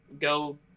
go